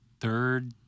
third-